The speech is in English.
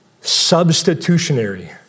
substitutionary